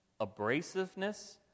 abrasiveness